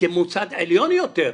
כמוסד עליון יותר,